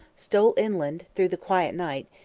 stole inland through the quiet night,